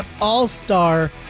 all-star